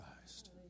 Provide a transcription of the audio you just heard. Christ